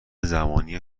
زمانی